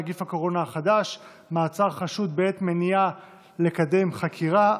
נגיף הקורונה החדש) (מעצר חשוד בעת מניעה לקדם חקירה),